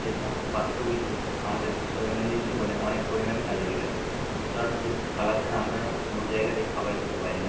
সে সমস্ত পাত্রগুলি আমাদের দৈনন্দিন জীবনে অনেক পরিমাণে কাজে লেগে থাকে কারণ সে থালা ছাড়া আমরা কোনো জায়গাতে খাবার খেতে পারি না